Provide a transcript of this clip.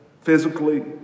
physically